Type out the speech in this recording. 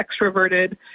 extroverted